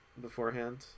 beforehand